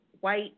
white